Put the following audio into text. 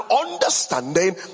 understanding